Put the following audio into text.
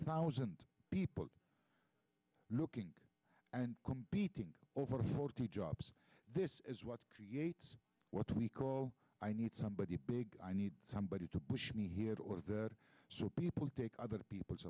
thousand people looking and competing over forty jobs this is what creates what we call i need somebody big i need somebody to push me here or is that so people take other people's